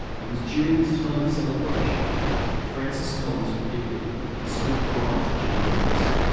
it was during this time of celebration that francis collins predicted the swift rise of genetic medicine.